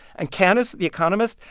and canice, the economist,